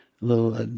little